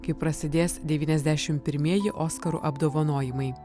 kai prasidės devyniasdešimt pirmieji oskarų apdovanojimai